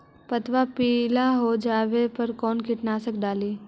पतबा पिला हो जाबे पर कौन कीटनाशक डाली?